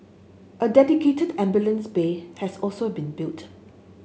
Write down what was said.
a dedicated ambulance bay has also been built